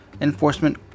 enforcement